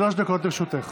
שלוש דקות לרשותך.